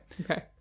okay